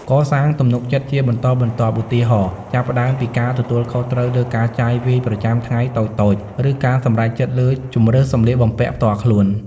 កសាងទំនុកចិត្តជាបន្តបន្ទាប់ ឧទាហរណ៍ ចាប់ផ្ដើមពីការទទួលខុសត្រូវលើការចាយវាយប្រចាំថ្ងៃតូចៗ ឬការសម្រេចចិត្តលើជម្រើសសម្លៀកបំពាក់ផ្ទាល់ខ្លួន។